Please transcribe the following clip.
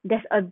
there's a